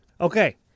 Okay